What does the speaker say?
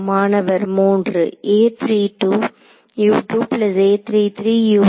மாணவர் 3